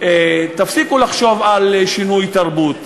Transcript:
תפסיקו לחשוב על שינוי תרבות.